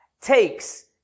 takes